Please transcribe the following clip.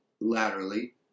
laterally